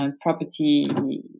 property